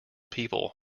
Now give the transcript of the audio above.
people